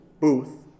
booth